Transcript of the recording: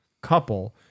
couple